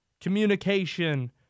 Communication